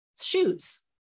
shoes